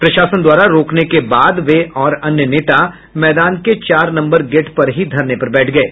प्रशासन द्वारा रोकने के बाद वे और अन्य नेता मैदान के चार नम्बर गेट पर ही धरने पर बैठ गये